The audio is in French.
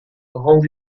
rend